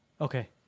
Okay